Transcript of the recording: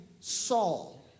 Saul